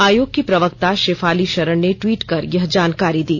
आयोग की प्रवक्ता शेफाली शरण ने ट्वीट कर यह जानकारी दी